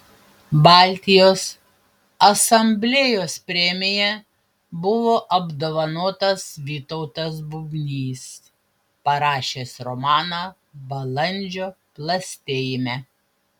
baltijos asamblėjos premija buvo apdovanotas vytautas bubnys parašęs romaną balandžio plastėjime